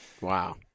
Wow